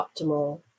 optimal